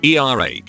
ERH